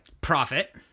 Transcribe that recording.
Profit